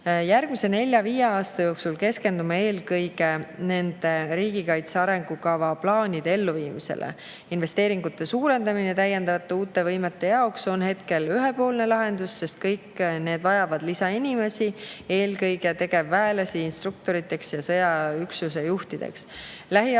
Järgmise nelja-viie aasta jooksul keskendume eelkõige riigikaitse arengukava plaanide elluviimisele. Investeeringute suurendamine täiendavate uute võimete jaoks on hetkel ühepoolne lahendus, sest kõik need võimed vajavad lisainimesi, eelkõige tegevväelasi instruktoriteks ja väeüksuste juhtideks.